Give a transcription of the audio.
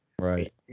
Right